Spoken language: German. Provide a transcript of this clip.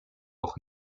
auch